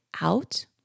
out